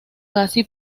casi